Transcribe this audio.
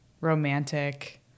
romantic